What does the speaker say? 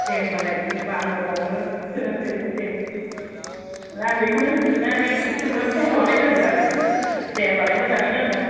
दे होमबालाय होमबा आङो बेयावनो सोनोसै दे आं बेखौनो सोंनो कल खालामनाय जादों आरो दे होमबालाय मोजाङैनो दंबा